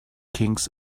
kings